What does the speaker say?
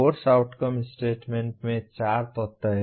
course outcome statement में चार तत्व हैं